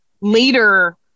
later